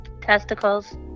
Testicles